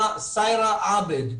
סאיירה עבד.